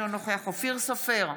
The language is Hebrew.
אינו נוכח אופיר סופר,